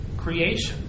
creation